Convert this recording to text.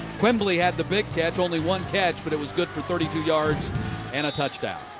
quimbley had the big catch. only one catch but it was good for thirty two yards and a touchdown.